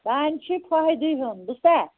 سانہِ چھُے فٲیِدٕ ہیوٚن بوٗزتھا